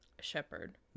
Shepherd